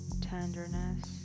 tenderness